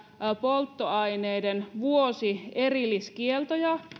polttoaineiden vuosi erilliskieltoja